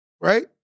Right